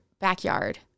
backyard